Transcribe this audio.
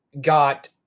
got